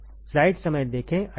Ib1 Ib2